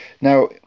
Now